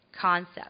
concept